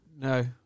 No